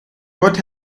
what